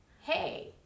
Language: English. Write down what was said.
Hey